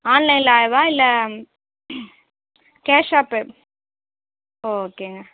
ஆன்லைன்லைவா இல்லை கேஷாகப் பே ஒகேங்க